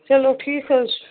چلو ٹھیٖک حظ چھِ